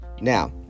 now